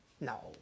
No